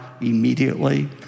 immediately